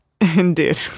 Indeed